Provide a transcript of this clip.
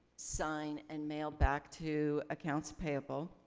sign and mail back to accounts payable.